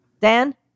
dan